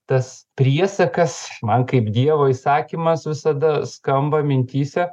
tas priesakas man kaip dievo įsakymas visada skamba mintyse